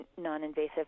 non-invasive